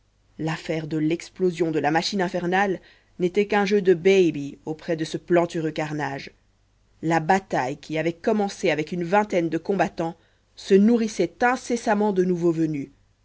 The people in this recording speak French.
l'affaire de l'explosion de la machine infernale n'était qu'un jeu de baby auprès de ce plantureux carnage la bataille qui avait commencé avec une vingtaine de combattants se nourrissait incessamment de nouveaux venus